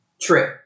True